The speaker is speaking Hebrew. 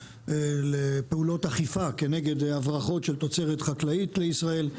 לפעולות אכיפה כנגד הברחות של תוצרת חקלאית לישראל?